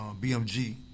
BMG